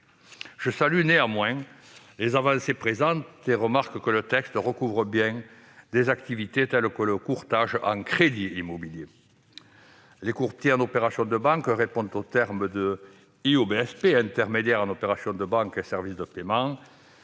Je salue néanmoins les avancées présentes et remarque que le texte recouvre bien des activités telles que le courtage en crédit immobilier. Les courtiers en opérations de banque répondent au terme de « IOBSP »- intermédiaires en opérations de banque et services de paiement.